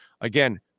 Again